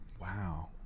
Wow